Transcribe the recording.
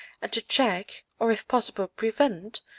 and to check, or if possible prevent,